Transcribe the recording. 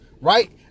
Right